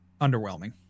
underwhelming